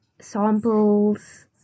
samples